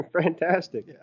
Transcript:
Fantastic